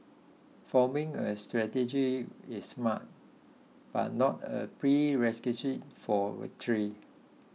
forming a strategy is smart but not a prerequisite for victory